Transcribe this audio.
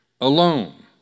alone